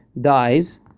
dies